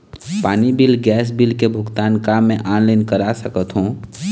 पानी bill gas bill के भुगतान का मैं ऑनलाइन करा सकथों?